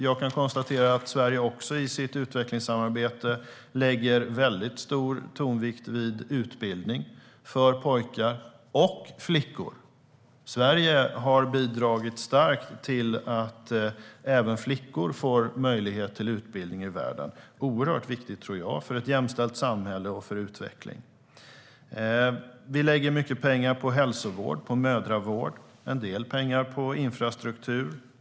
Jag kan också konstatera att Sverige i sitt utvecklingssamarbete lägger stor tonvikt på utbildning för pojkar och flickor. Sverige har bidragit starkt till att även flickor får möjlighet till utbildning i världen. Det är oerhört viktigt för ett jämställt samhälle och för utveckling. Vi lägger mycket pengar på hälsovård, på mödravård och en del pengar på infrastruktur.